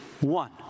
one